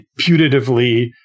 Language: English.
putatively